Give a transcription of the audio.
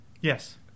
Yes